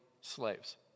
slaves